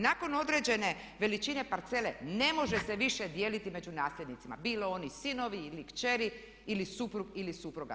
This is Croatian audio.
Nakon određene veličine parcele ne može se više dijeliti među nasljednicima bilo oni sinovi ili kćeri ili suprug ili supruga.